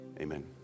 Amen